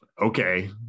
Okay